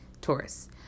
Taurus